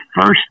first